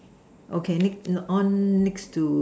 okay next on next to